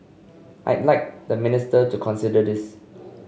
I'd like the minister to consider this